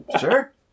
Sure